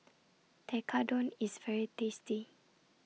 Tekkadon IS very tasty